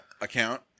account